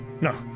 No